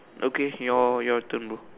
okay your your turn bro